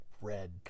red